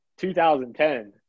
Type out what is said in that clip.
2010